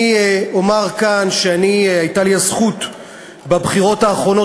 אני אומר כאן שהייתה לי הזכות בבחירות האחרונות,